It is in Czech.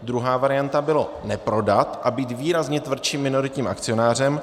Druhá varianta byla neprodat a být výrazně tvrdším minoritním akcionářem.